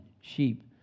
sheep